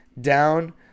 Down